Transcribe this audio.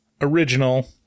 original